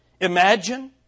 Imagine